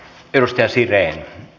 edustaja siren